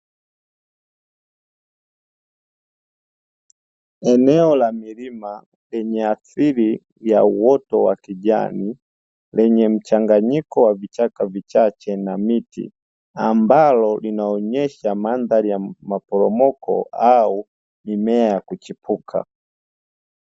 Eneo la milima lenye asili ya uoto wa kijani, lenye mchanganyiko wa vichaka vichache na miti. Ambalo linaonesha mandhari ya maporomoko au mimea ya kuchipuka.